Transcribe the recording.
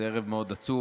זה ערב מאוד עצוב.